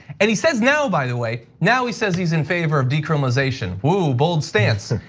and he says, now by the way, now he says he's in favor of decriminalization. whoa, bold stance.